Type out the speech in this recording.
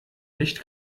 nicht